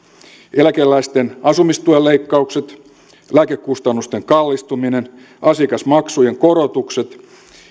eläkeläisten asumistuen leik kaukset lääkekustannusten kallistuminen asiakasmaksujen korotukset